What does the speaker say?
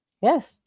Yes